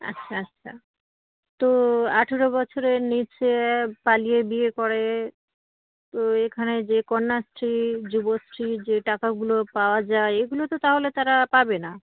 আচ্ছা আচ্ছা তো আঠেরো বছরের নিচে পালিয়ে বিয়ে করে তো এখানে যে কন্যাশ্রী যুবশ্রী যে টাকাগুলো পাওয়া যায় এগুলো তো তাহলে তারা পাবে না